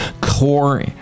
core